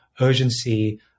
urgency